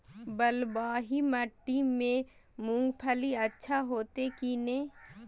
बलवाही माटी में मूंगफली अच्छा होते की ने?